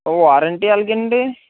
warranty ఎలాగ అండి